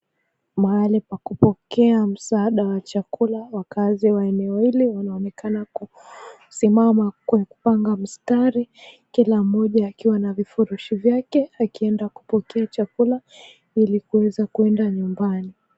Mahali pa kupokea msaada wa chakula, wakaazi wa eneo hili wanaonekana kusimama kupanga mstari kila mmoja akiwa na vifurushi vyake akienda kupokea chakula, ili kuweza kuenda nyumbani.